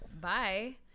bye